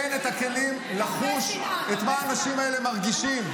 אין את הכלים לחוש את מה שהאנשים האלה מרגישים,